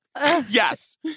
Yes